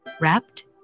wrapped